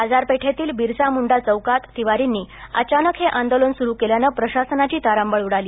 बाजारपेठेतील बिरसा मुंडा चौकात तिवारींनी अचानक हे आंदोलन सुरू केल्यानं प्रशासनाची तारांबळ उडाली